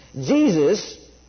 Jesus